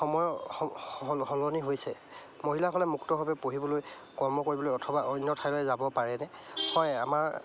সময় স সলনি হৈছে মহিলাসকলে মুক্তভাৱে পঢ়িবলৈ কৰ্ম কৰিবলৈ অথবা অন্য ঠাইলৈ যাব পাৰেনে হয় আমাৰ